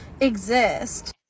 exist